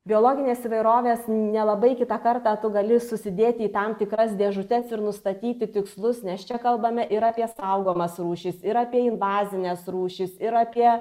biologinės įvairovės nelabai kitą kartą tu gali susidėti į tam tikras dėžutes ir nustatyti tikslus nes čia kalbame ir apie saugomas rūšis ir apie invazines rūšis ir apie